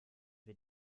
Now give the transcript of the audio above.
wir